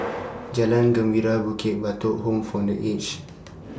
Jalan Gembira Bukit Batok Home For The Aged